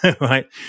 right